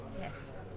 Yes